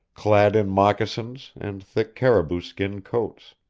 clad in moccasins and thick caribou skin coats.